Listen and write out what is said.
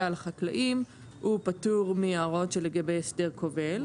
לחקלאים הוא פטור מהוראות של הסדר כובל.